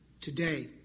today